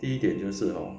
第一点就是 hor